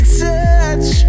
touch